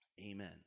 amen